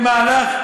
במהלך,